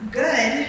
good